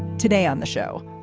today on the show,